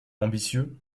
ambitieux